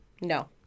No